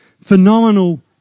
phenomenal